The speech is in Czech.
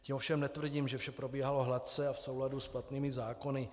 Tím ovšem netvrdím, že vše probíhalo hladce a v souladu s platnými zákony.